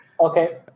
Okay